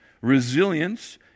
resilience